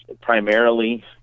primarily